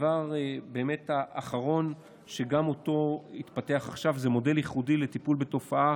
הדבר האחרון שגם התפתח עכשיו זה מודל ייחודי לטיפול בתופעה